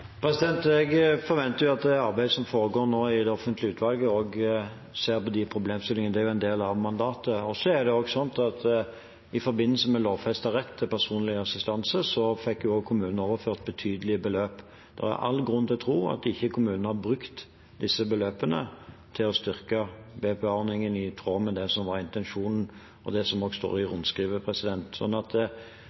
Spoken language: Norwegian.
Jeg forventer at man i det arbeidet som foregår nå i det offentlige utvalget, også ser på de problemstillingene. Det er en del av mandatet. I forbindelse med lovfestet rett til personlig assistanse fikk også kommunene overført betydelige beløp. Det er all grunn til å tro at kommunene ikke har brukt disse beløpene til å styrke BPA-ordningen i tråd med det som var intensjonen, og det som også står i rundskrivet, så sånn som situasjonen er nå, med dagens regelverk, er det min sterke oppfordring at